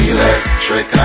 Electric